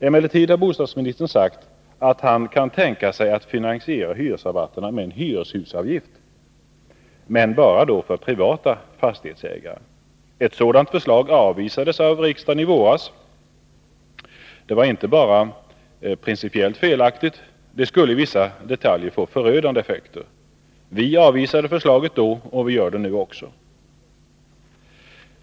Emellertid har bostadsministern sagt att han kan tänka sig att finansiera hyresrabatterna med en hyreshusavgift, men bara för privata fastighetsägare. Ett sådant förslag avvisades av riksdagen i våras. Det var inte bara principiellt felaktigt. Det skulle i vissa detaljer få förödande effekter. Vi avvisade förslaget då, och vi gör det nu också.